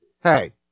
Hey